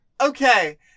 Okay